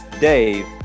Dave